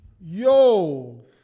yo